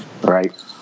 Right